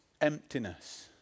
emptiness